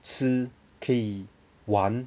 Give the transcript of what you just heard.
吃可以玩